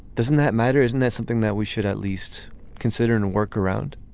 doesn't that matter isn't there something that we should at least consider and work around